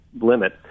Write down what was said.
limit